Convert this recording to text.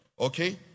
okay